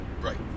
Right